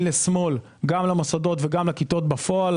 לשמאל גם למוסדות וגם לכיתות בפועל.